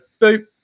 boop